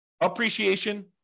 appreciation